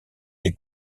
des